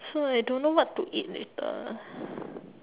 so I don't know what to eat later